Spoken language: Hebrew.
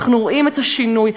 אנחנו רואים את השינוי,